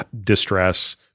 distress